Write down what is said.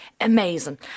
amazing